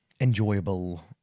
enjoyable